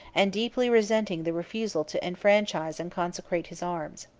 and deeply resenting the refusal to enfranchise and consecrate his arms.